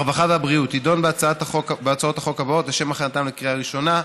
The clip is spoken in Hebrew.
והבריאות תדון בהצעות החוק הבאות לשם הכנתן לקריאה ראשונה: